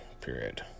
period